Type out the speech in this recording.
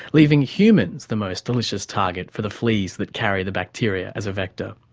leaving humans the most delicious target for the fleas that carry the bacteria as a vector.